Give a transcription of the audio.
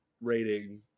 rating